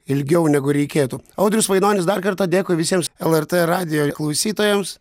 ilgiau negu reikėtų audrius vainonis dar kartą dėkui visiems lrt radijo klausytojams